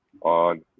on